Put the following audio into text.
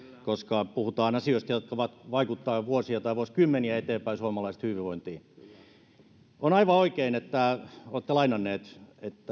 koska puhutaan asioista jotka voivat vaikuttaa vuosia tai vuosikymmeniä eteenpäin suomalaisten hyvinvointiin on aivan oikein että olette lainanneet